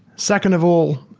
second of all,